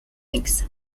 links